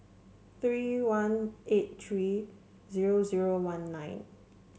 three one eight three zero zero one nine